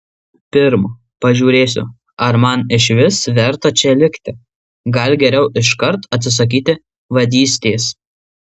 pirm pažiūrėsiu ar man išvis verta čia likti gal geriau iškart atsisakyti vadystės